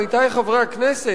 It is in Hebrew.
עמיתי חברי הכנסת,